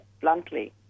bluntly